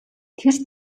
тэр